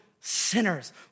sinners